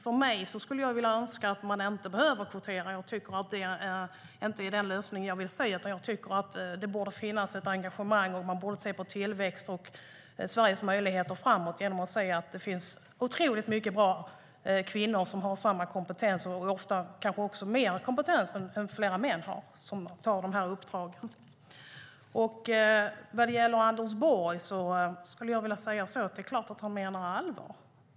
Jag skulle önska att man inte behöver kvotera. Det är inte den lösning som jag vill se. Det borde finnas ett engagemang, och man borde se på tillväxt och Sveriges möjligheter framåt genom att säga att det finns otroligt många bra kvinnor som har samma kompetens och ofta kanske mer kompetens än flera män har som får dessa uppdrag. När det gäller Anders Borg är det klart att han menar allvar.